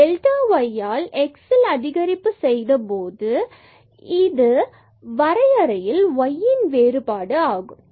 delta x ஆல் x இல் அதிகரிப்பு செய்தபோது இது எங்கள் வரையறையில் y இன் வேறுபாடு ஆகும்